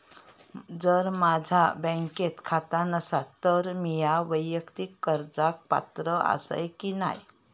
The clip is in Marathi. जर माझा बँक खाता नसात तर मीया वैयक्तिक कर्जाक पात्र आसय की नाय?